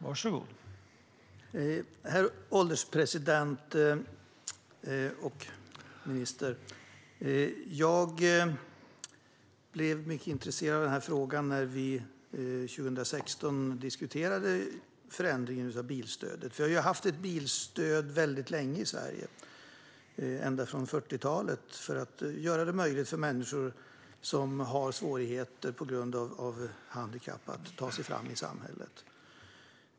Herr ålderspresident! Ministern! Jag blev mycket intresserad av denna fråga när vi 2016 diskuterade förändringen av bilstödet. Vi har haft ett bilstöd länge i Sverige, ända sedan 40-talet, för att göra det möjligt för människor som har svårigheter på grund av handikapp att ta sig fram i samhället.